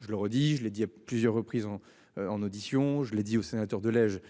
Je le redis, je l'ai dit à plusieurs reprises en en audition. Je l'ai dit au sénateur de Lège.